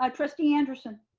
ah trustee anderson.